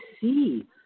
see